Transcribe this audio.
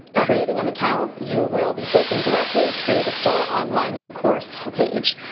creating an account you will be taken directly to the soar online course homepage.